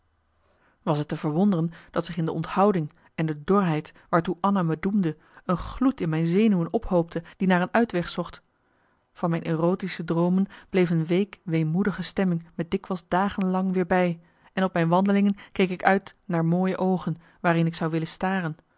was t te verwonderen dat zich in de onthouding en de dorheid waartoe anna me doemde een gloed in mijn zenuwen ophoopte die naar een uitweg zocht van mijn erotische droomen bleef een week weemoedige stemming me dikwijls dagen lang weer bij en op mijn wandelingen keek ik uit nar mooie oogen waarin ik zou willen staren